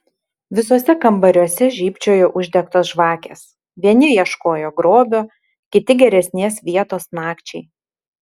visuose kambariuose žybčiojo uždegtos žvakės vieni ieškojo grobio kiti geresnės vietos nakčiai